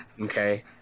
okay